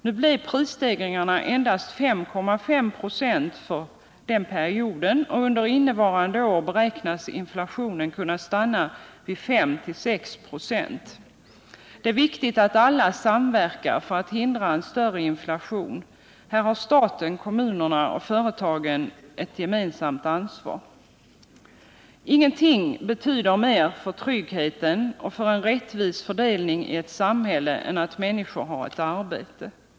Nu blev prisstegringarna endast 5,5 2, för den perioden och under innevarande år beräknas inflationen kunna stanna vid 5-6 ?.. Det är viktigt att alla samverkar för att hindra en större inflation. Här har staten, kommunerna och företagen ett gemensamt ansvar. Ingenting betyder mer för tryggheten och för en rättvis fördelning i ett samhälle än att människor har ett arbete.